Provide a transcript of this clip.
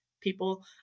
people